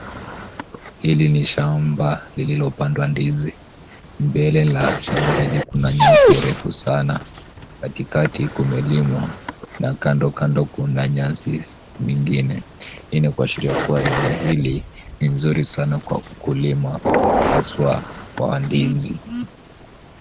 Hili ni shamba lililopandwa ndizi, mbele la shamba hili kuna nyasi refu sana. Katikati kumelimwa na kando kando kuna nyasi mingine. Hii ni kuashiria kuwa eneo hili ni nzuri sana kwa ukulima hasa wa ndizi.